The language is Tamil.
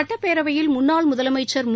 சட்டப்பேரவையில் முன்னாள் முதலமைச்சர் மு